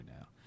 now